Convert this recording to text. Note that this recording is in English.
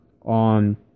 on